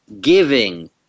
giving